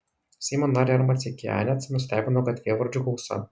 seimo narį r maceikianecą nustebino gatvėvardžių gausa